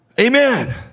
Amen